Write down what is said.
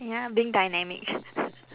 ya being dynamic